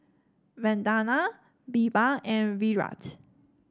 Vandana BirbaL and Virat